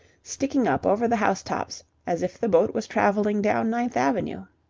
sticking up over the house-tops as if the boat was travelling down ninth avenue.